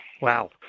Wow